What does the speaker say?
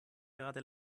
leider